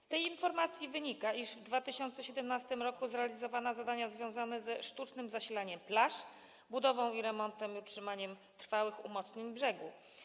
Z tej informacji wynika, iż w 2017 r. zrealizowano zadania związane ze sztucznym zasilaniem plaż, budową, remontem i utrzymaniem trwałych umocnień brzegu.